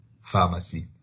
pharmacy